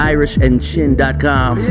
IrishandChin.com